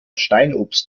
steinobst